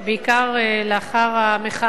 בעיקר לאחר המחאה